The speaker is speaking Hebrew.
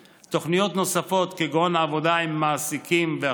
הבריאות, כשהם לא מעסיקים את